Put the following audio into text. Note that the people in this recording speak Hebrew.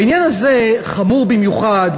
העניין הזה חמור במיוחד,